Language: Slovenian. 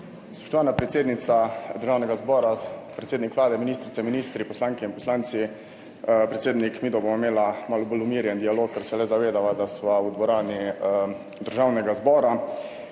Spoštovana predsednica Državnega zbora, predsednik Vlade, ministrice in ministri, poslanke in poslanci! Predsednik, midva bova imela malo bolj umirjen dialog, ker se le zavedava, da sva v dvorani Državnega zbora.